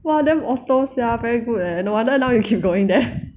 !wah! damn auto sia very good leh no wonder now you keep going there